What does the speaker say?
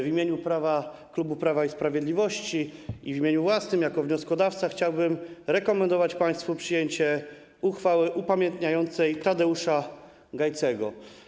W imieniu klubu Prawa i Sprawiedliwości i w imieniu własnym jako wnioskodawca chciałbym rekomendować państwu przyjęcie uchwały upamiętniającej Tadeusza Gajcego.